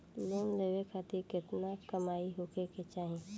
Loan लेवे खातिर केतना कमाई होखे के चाही?